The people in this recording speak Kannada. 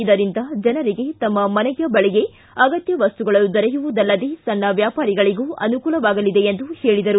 ಇದರಿಂದ ಜನರಿಗೆ ತಮ್ಮ ಮನೆಯ ಬಳಿಯೇ ಅಗತ್ಯ ವಸ್ತುಗಳು ದೊರೆಯುವುದಲ್ಲದೇ ಸಣ್ಣ ವ್ಯಾಪಾರಿಗಳಗೂ ಅನುಕೂಲವಾಗಲಿದೆ ಎಂದು ಹೇಳಿದರು